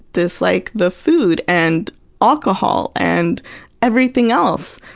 just like the food and alcohol and everything else.